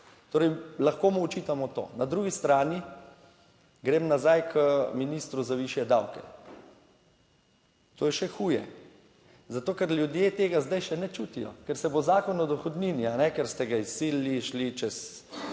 Torej, lahko mu očitamo to. Na drugi strani grem nazaj k ministru za višje davke. To je še huje zato, ker ljudje tega zdaj še ne čutijo, ker se bo Zakon o dohodnini, ker ste ga izsilili, šli čez